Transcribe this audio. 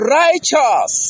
righteous